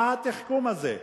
מה התחכום הזה?